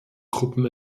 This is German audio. gruppen